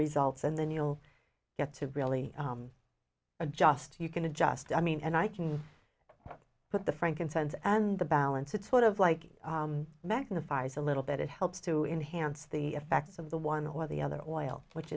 results and then you'll get to really adjust you can adjust i mean and i can put the frankincense and the balance it's sort of like magnifies a little bit it helps to enhance the effect of the one or the other oil which